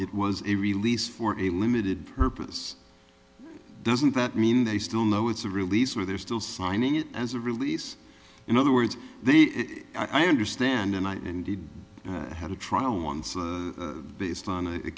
it was a release for a limited purpose doesn't that mean they still know it's a release where they're still signing it as a release in other words i understand and i indeed had a trial once based on a